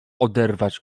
oderwać